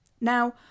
Now